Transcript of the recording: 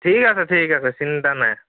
ঠিক আছে ঠিক আছে চিন্তা নাই